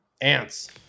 ants